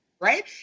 right